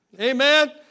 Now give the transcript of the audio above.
Amen